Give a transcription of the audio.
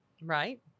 Right